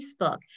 Facebook